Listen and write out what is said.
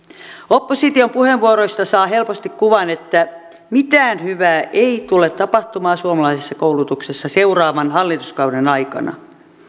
opposition puheenvuoroista saa helposti kuvan että mitään hyvää ei tule tapahtumaan suomalaisessa koulutuksessa seuraavan hallituskauden aikana